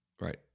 right